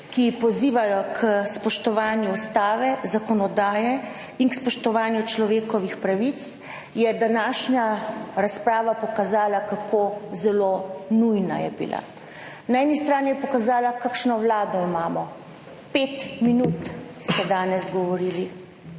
ki pozivajo k spoštovanju Ustave, zakonodaje in k spoštovanju človekovih pravic, je današnja razprava pokazala, kako zelo nujna je bila. Na eni strani je pokazala, kakšno Vlado imamo. 5 minut ste danes govorili,